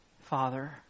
Father